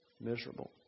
miserable